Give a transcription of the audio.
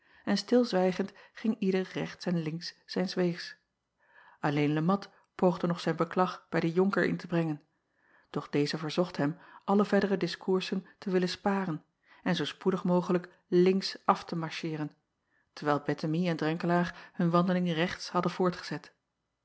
en stilzwijgend ging ieder rechts en links zijns weegs lleen e at poogde nog zijn beklag bij den onker in te brengen doch deze verzocht hem alle verdere diskoersen te willen sparen en zoo spoedig mogelijk links af te marcheeren terwijl ettemie en renkelaer hun wandeling rechts hadden voortgezet